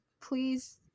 please